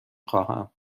خواهم